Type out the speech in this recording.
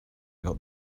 got